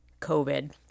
COVID